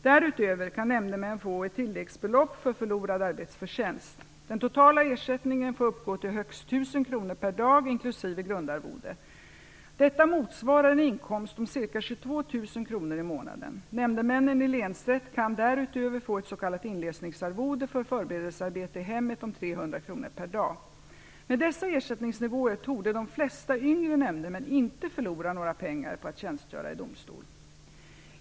Därutöver kan nämndemännen få ett tilläggsbelopp för förlorad arbetsförtjänst. Den totala ersättningen får uppgå till högst 1 000 kr per dag, inklusive grundarvode. Detta motsvarar en inkomst om ca 22 000 kr i månaden. Nämndemän i länsrätt kan därutöver få ett s.k. inläsningsarvode för förberedelsearbete i hemmet om 300 kr per dag. Med dessa ersättningsnivåer torde de flesta yngre nämndemän inte förlora några pengar på att tjänstgöra i domstol.